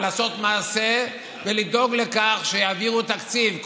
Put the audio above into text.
לעשות מעשה ולדאוג לכך שיעבירו תקציב.